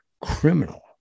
criminal